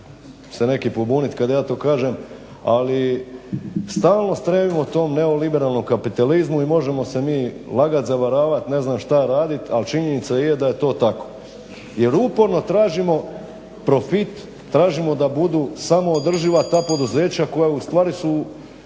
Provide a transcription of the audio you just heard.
se neki pobunit kad ja to kažem ali stalno stremimo tom neoliberalnom kapitalizmu i možemo se mi lagat, zavaravat, ne znam šta radit ali činjenica je da je to tako. Jer uporno tražimo profit, tražimo da budu samoodrživa ta poduzeća koja ustvari su